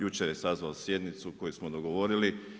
Jučer je sazvao sjednicu koju smo dogovorili.